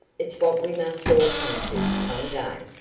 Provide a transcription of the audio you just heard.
it's what we must all come to some day.